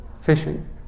fishing